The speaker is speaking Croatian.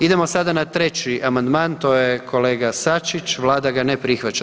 Idemo sada na 3. amandman, to je kolega Sačić, vlada ga ne prihvaća.